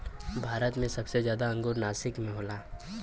भारत मे सबसे जादा अंगूर नासिक मे होला